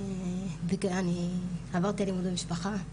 אני עברתי אלימות במשפחה,